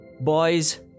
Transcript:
Boys